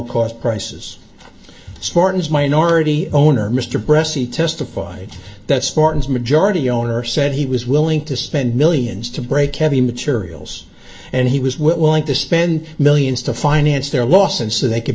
cost prices smartens minority owner mr bressie testified that spartans majority owner said he was willing to spend millions to break heavy materials and he was willing to spend millions to finance their loss and so they could